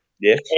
Yes